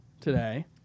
today